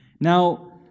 Now